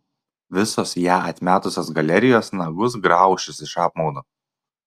visos ją atmetusios galerijos nagus graušis iš apmaudo